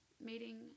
meeting